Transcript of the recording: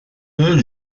deux